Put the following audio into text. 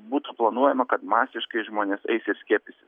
būtų planuojama kad masiškai žmonės eis ir skiepysis